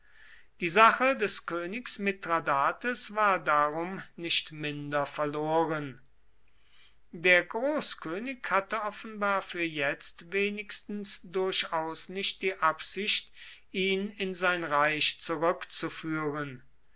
die sache des königs mithradates war darum nicht minder verloren der großkönig hatte offenbar für jetzt wenigstens durchaus nicht die absicht ihn in sein reich zurückzuführen